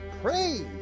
praise